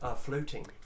floating